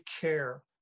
care